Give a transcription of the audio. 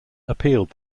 appealed